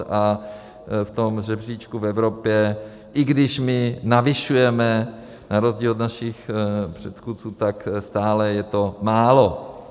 A v tom žebříčku v Evropě, i když my navyšujeme na rozdíl od našich předchůdců, tak stále je to málo.